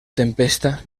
tempesta